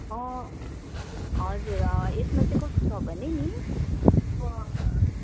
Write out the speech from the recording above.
अँ हजुर अँ यसमा चाहिँ कस्तो छ भने नि